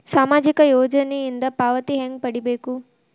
ಸಾಮಾಜಿಕ ಯೋಜನಿಯಿಂದ ಪಾವತಿ ಹೆಂಗ್ ಪಡಿಬೇಕು?